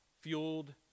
fueled